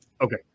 Okay